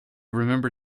remember